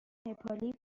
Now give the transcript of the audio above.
نپالی